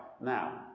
Now